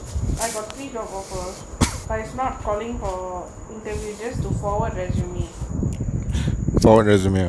I got three job offer but it's not calling for interview just to forward resume